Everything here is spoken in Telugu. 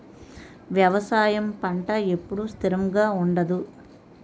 వ్యవసాయం పంట ఎప్పుడు స్థిరంగా ఉండదు